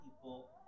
people